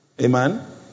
Amen